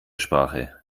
sprache